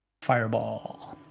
Fireball